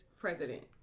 president